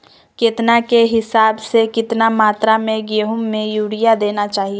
केतना के हिसाब से, कितना मात्रा में गेहूं में यूरिया देना चाही?